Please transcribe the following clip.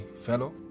fellow